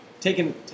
taking